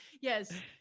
yes